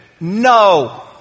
No